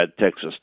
Texas